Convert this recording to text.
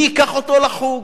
מי ייקח אותו לחוג,